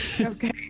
okay